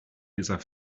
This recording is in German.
dieser